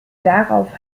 darauf